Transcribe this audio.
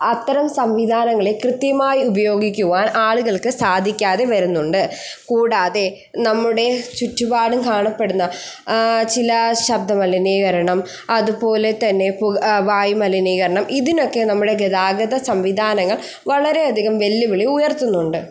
അത്തരം സംവിധാനങ്ങളെ കൃത്യമായി ഉപയോഗിക്കുവാൻ ആളുകൾക്ക് സാധിക്കാതെ വരുന്നുണ്ട് കൂടാതെ നമ്മുടെ ചുറ്റുപാടും കാണപ്പെടുന്ന ചില ശബ്ദ മലിനീകരണം അതുപോലെ തന്നെ വായു മലിനീകരണം ഇതിനൊക്കെ നമ്മുടെ ഗതാഗത സംവിധാനങ്ങൾ വളരെയധികം വെല്ലുവിളി ഉയർത്തുന്നുണ്ട്